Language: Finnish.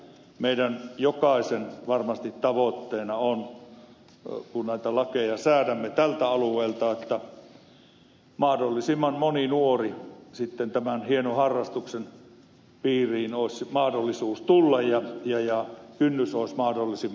meidän jokaisen tavoitteena varmasti on kun näitä lakeja säädämme tältä alueelta että mahdollisimman monen nuoren sitten tämän hienon harrastuksen piiriin olisi mahdollista tulla ja kynnys olisi mahdollisimman alhainen